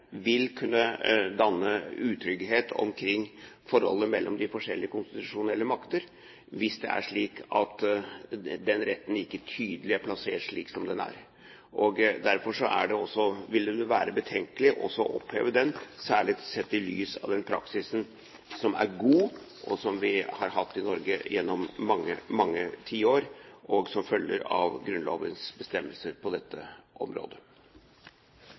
vil kunne danne utrygghet omkring forholdet mellom de forskjellige konstitusjonelle makter, hvis det er slik at den retten ikke tydelig er plassert slik den er. Derfor vil det også være betenkelig å oppheve den, særlig sett i lys av den praksis som er god, som vi har hatt i Norge gjennom mange, mange tiår, og som følger av Grunnlovens bestemmelser på dette området.